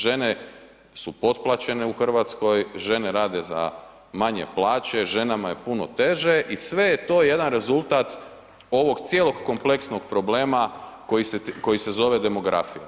Žene su potplaćene u Hrvatskoj, žene rade za manje plaće, ženama je puno teže i sve je to jedan rezultat ovog cijelog kompleksnog problema koji se zove demografija.